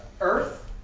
earth